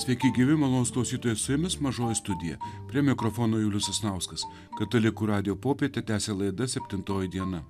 sveiki gyvi mano klausytojai su jumis mažoje studijoje prie mikrofono julius sasnauskas katalikų radijo popietę tęsia laida septintoji diena